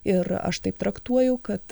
ir aš taip traktuoju kad